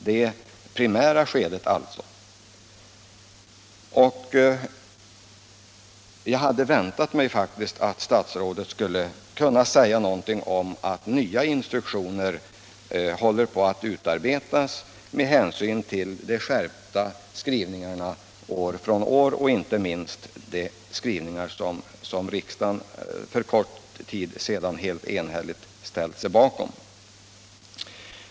Jag hade faktiskt väntat mig att statsrådet skulle kunna säga någonting om att nya instruktioner håller på att utarbetas med hänsyn till de år från år skärpta utskottsskrivningarna, inte minst den som riksdagen för någon månad sedan helt enhälligt ställt sig bakom.